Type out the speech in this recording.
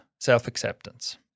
self-acceptance